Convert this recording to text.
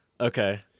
Okay